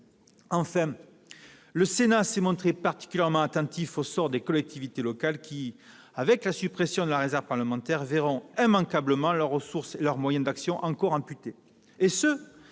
Enfin, le Sénat s'est montré particulièrement attentif au sort des collectivités locales qui, avec la suppression de la réserve parlementaire, verront immanquablement leurs ressources et leurs moyens d'action encore amputés,